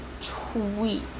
tweet